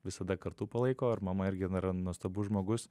visada kartu palaiko ir mama irgi jin yra nuostabus žmogus